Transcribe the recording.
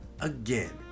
again